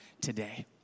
today